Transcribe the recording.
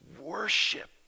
worship